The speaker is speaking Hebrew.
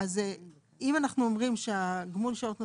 אז אם אנחנו אומרים שגמול שעות נוספות,